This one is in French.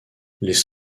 les